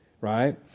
Right